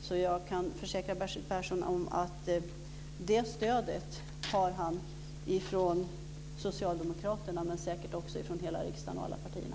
Så jag kan försäkra Bertil Persson om att han har det stödet från socialdemokraterna och säkert också från hela riksdagen och alla partierna.